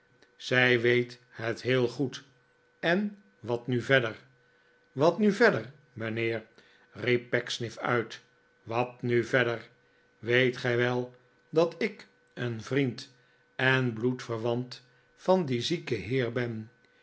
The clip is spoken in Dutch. zij weet het heel goed en wat nu verdfer wat nu verder mijnheer riep pecksniff uit wat nu verder weet gij wel dat ik een vriend en bloedverwant van dien zieken heer